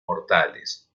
mortales